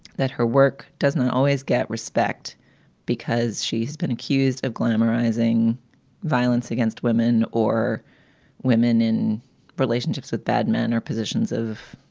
that her work doesn't always get respect because she's been accused of glamorizing violence against women or women in relationships with bad men or positions of